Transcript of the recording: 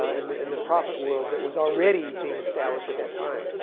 and the and the profit world that was already being established at that time.